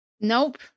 Nope